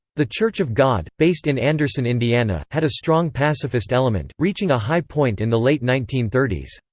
the church of god, based in anderson, indiana, had a strong pacifist element, reaching a high point in the late nineteen thirty s.